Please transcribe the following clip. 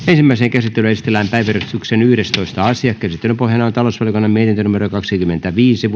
ensimmäiseen käsittelyyn esitellään päiväjärjestyksen yhdestoista asia käsittelyn pohjana on talousvaliokunnan mietintö kaksikymmentäviisi